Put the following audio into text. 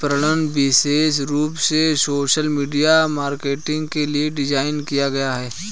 विपणक विशेष रूप से सोशल मीडिया मार्केटिंग के लिए डिज़ाइन किए गए है